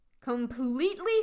completely